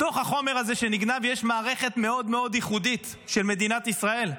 בתוך החומר הזה שנגנב יש מערכת מאוד מאוד ייחודית של מדינת ישראל,